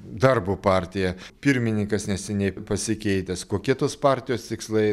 darbo partija pirmininkas neseniai pasikeitęs kokie tos partijos tikslai